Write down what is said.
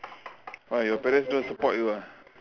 why your parents don't support you ah